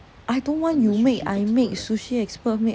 I don't want you make I make sushi expert make